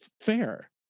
fair